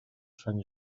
sant